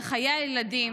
על חיי הילדים,